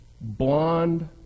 Blonde